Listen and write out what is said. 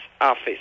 Office